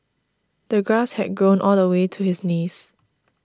the grass had grown all the way to his knees